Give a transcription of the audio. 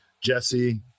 Jesse